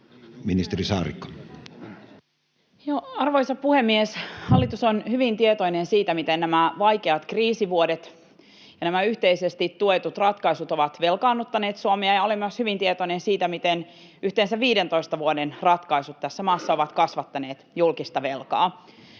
Ministeri Saarikko. Arvoisa puhemies! Hallitus on hyvin tietoinen siitä, miten nämä vaikeat kriisivuodet ja nämä yhteisesti tuetut ratkaisut ovat velkaannuttaneet Suomea, ja olen myös hyvin tietoinen siitä, miten yhteensä 15 vuoden ratkaisut tässä maassa ovat kasvattaneet julkista velkaa.